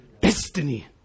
Destiny